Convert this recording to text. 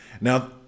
Now